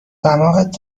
دماغت